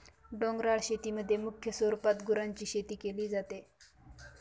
डोंगराळ शेतीमध्ये मुख्य स्वरूपात गुरांची शेती केली जाते